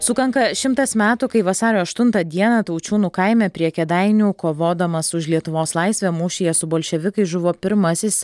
sukanka šimtas metų kai vasario aštuntą dieną taučiūnų kaime prie kėdainių kovodamas už lietuvos laisvę mūšyje su bolševikais žuvo pirmasis